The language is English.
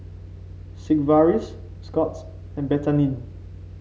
Sigvaris Scott's and Betadine